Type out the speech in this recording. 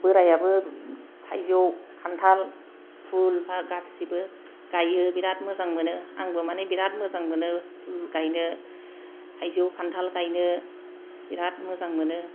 बोराइयाबो थाइजौ खानथाल फुल फा गासिबो गाययो बिराद मोजां मोनो आंबो माने बिराद मोजां मोनो फुल गायनो थाइजौ खानथाल गायनो बिराद मोजां मोनो